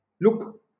look